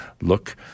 look